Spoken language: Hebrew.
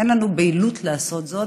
אין לנו בהילות לעשות זאת,